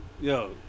Yo